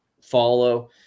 follow